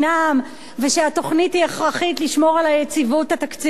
ושהתוכנית היא הכרחית כדי לשמור על היציבות התקציבית.